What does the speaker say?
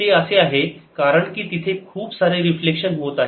ते असे आहे कारण की तिथे खूप सारे रिफ्लेक्शन होत आहे